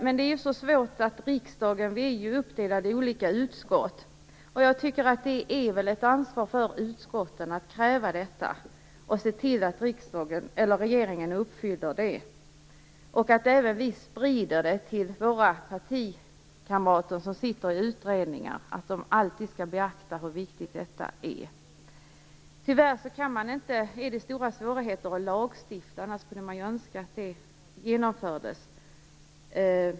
Men det är ju svårt när vi i riksdagen är uppdelade i olika utskott. Jag tycker att det är ett ansvar för utskotten att kräva detta och se till att regeringen uppfyller det. Vi måste också sprida till våra partikamrater som sitter i utredningar att de alltid skall beakta hur viktigt detta är. Tyvärr finns det stora svårigheter att lagstifta om detta, annars kunde man ju önska att det genomfördes.